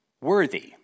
worthy